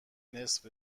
نصف